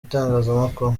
itangazamakuru